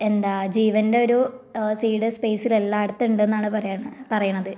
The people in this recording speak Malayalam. എന്താ ജീവൻ്റെ ഒരു സീഡ് സ്പേസിൽ എല്ലായിടത്തും ഉണ്ടെന്നാണ് പറയണത്